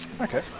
Okay